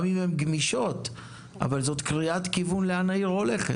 גם אם הן גמישות אבל זו קריאת כיוון לאן העיר הולכת.